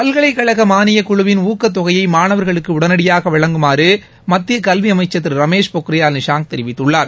பல்கலைக்கழக மாளிய குழுவின் ஊக்கத்தொகையய மானவர்களுக்கு உடனடியாக வழங்குமாறு மத்திய கல்வி அமைச்சர் திரு ரமேஷ் பொக்ரியால் தெரிவித்துள்ளார்